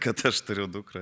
kad aš turiu dukrą